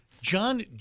John